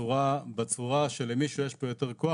ובצורה שלמי שיש פה יותר כוח,